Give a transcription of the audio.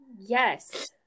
Yes